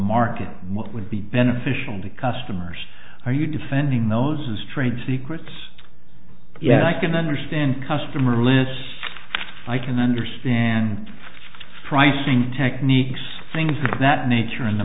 market what would be beneficial to customers are you defending those trade secrets yeah i can understand customer lists i can understand pricing techniques things that nature